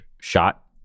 shot